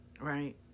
right